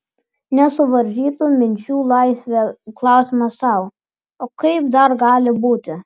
nesuvaržytų minčių laisvė klausimas sau o kaip dar gali būti